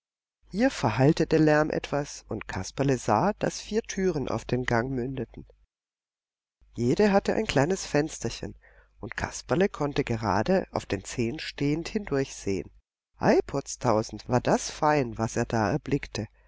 hier verhallte der lärm etwas und kasperle sah daß vier türen auf den gang mündeten jede hatte ein kleines fensterchen und kasperle konnte gerade auf den zehen stehend hindurchsehen ei potztausend war das fein was er da erblickte